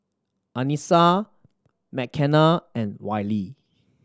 Anissa Mckenna and Wiley